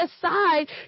aside